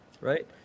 Right